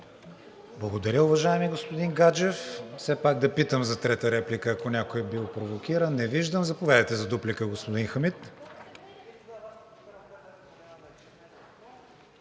Благодаря, уважаеми господин Гаджев. Все пак да питам за трета реплика, ако някой е бил провокиран? Не виждам. Заповядайте за дуплика, господин Хамид.